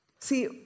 See